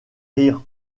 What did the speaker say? rire